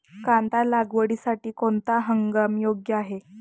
कांदा लागवडीसाठी कोणता हंगाम योग्य आहे?